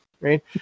right